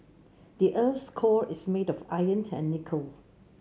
the earth's core is made of iron and nickel